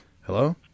Hello